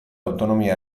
autonomia